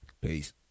Peace